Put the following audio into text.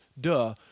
duh